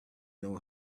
know